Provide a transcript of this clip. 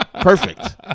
Perfect